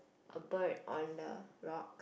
a bird on the rock